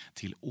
till